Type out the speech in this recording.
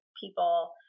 people